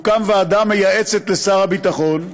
תוקם ועדה מייעצת לשר הביטחון,